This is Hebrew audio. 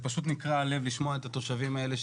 זה פשוט נקרע הלב לשמוע את התושבים האלה,